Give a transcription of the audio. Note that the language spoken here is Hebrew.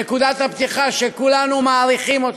נקודת הפתיחה היא שכולנו מעריכים אותם,